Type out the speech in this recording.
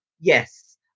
yes